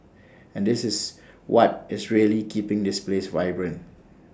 and this is what is really keeping this place vibrant